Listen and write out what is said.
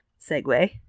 segue